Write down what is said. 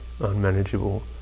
unmanageable